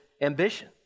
ambition